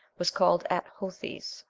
was called at-hothes.